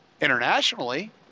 internationally